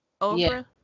Oprah